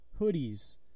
hoodies